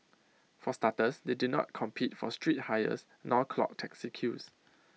for starters they do not compete for street hires nor clog taxi queues